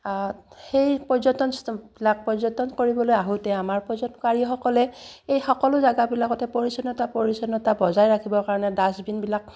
সেই পৰ্যটনবিলাক পৰ্যটন কৰিবলৈ আহোঁতে আমাৰ পৰ্যটনকাৰীসকলে এই সকলো জেগাবিলাকতে পৰিষ্কাৰ পৰিচ্ছন্নতা বজাই ৰাখিবৰ কাৰণে ডাষ্টবিনবিলাক